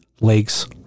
Lakes